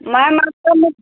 ma'am आप कब मे